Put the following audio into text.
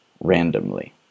randomly